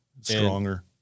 Stronger